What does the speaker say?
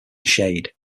shade